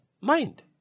mind